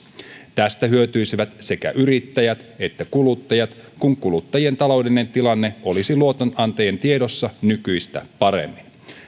tästä hyötyisivät sekä yrittäjät että kuluttajat kun kuluttajien taloudellinen tilanne olisi luotonantajien tiedossa nykyistä paremmin